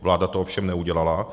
Vláda to ovšem neudělala.